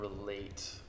relate